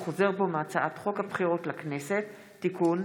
חוזר בו מהצעת חוק הבחירות לכנסת (תיקון,